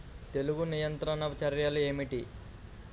తెగులు నియంత్రణ చర్యలు ఏమిటి?